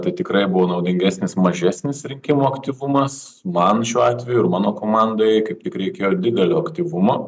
tai tikrai buvo naudingesnis mažesnis rinkimų aktyvumas man šiuo atveju ir mano komandai kaip tik reikėjo didelio aktyvumo